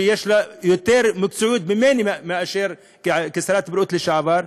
שיש לה יותר מקצועיות ממני כשרת בריאות לשעבר.